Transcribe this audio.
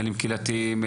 בעניינים קהילתיים,